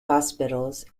hospitals